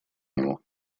нему